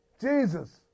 Jesus